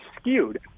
skewed